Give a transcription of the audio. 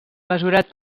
mesurat